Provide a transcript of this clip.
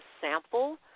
sample